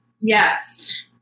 Yes